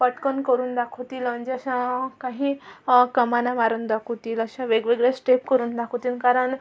पटकन करून दाखवतील म्हणजे अशा काही कमान्या मारून दाखवतील अशा वेगवेगळ्या स्टेप करून दाखवतील कारण